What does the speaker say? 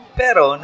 pero